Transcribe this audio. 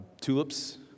Tulips